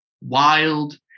wild